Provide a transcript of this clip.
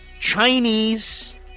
Chinese